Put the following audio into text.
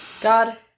God